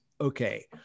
okay